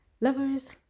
Lovers